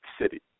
city